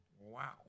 Wow